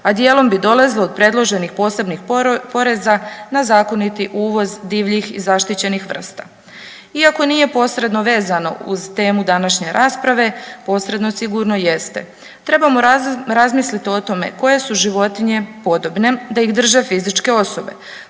a dijelom bi dolazila od predloženih posebnih poreza na zakonit uvoz divljih i zaštićenih vrsta. Iako nije posredno vezano uz temu današnje rasprave posredno sigurno jeste. Trebamo razmislit o tome koje su životinje podobne da ih drže fizičke osobe.